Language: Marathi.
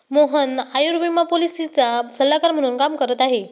मोहन आयुर्विमा पॉलिसीचा सल्लागार म्हणून काम करत आहे